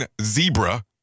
zebra